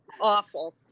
awful